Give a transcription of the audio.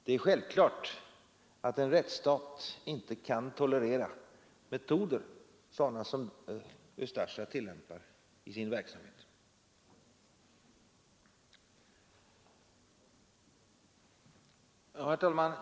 Det är självklart att en rättsstat inte kan tolerera sådana metoder som Ustasja tillämpar i sin verksamhet. Herr talman!